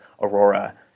Aurora